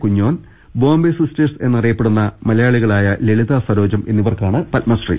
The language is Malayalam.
കുഞ്ഞോൻ ബോംബേ സിസ്റ്റേഴ്സ് എന്നറിയപ്പെടുന്ന മലയാളികളായ ലളിത സരോജം എന്നിവർക്കാണ് പത്മശ്രീ